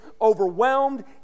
overwhelmed